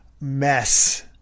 mess